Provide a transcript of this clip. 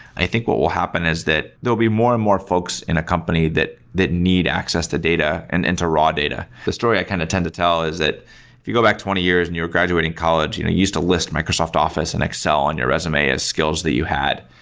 i think what will happen is that they'll be more and more folks in a company that that need access to data and and to raw data. the story i kind of tend to tell is that if you go back twenty years and you're graduating college, you used to list microsoft office and excel on your resume as skills that you had.